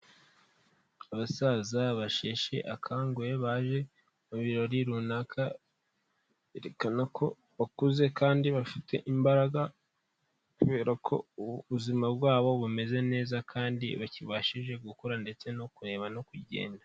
Abasaza basheshe akanguhe baje mu birori runaka, berekana ko bakuze kandi bafite imbaraga kubera ko ubuzima bwabo bumeze neza kandi bakibashije gukora ndetse no kureba no kugenda.